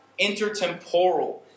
intertemporal